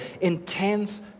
intense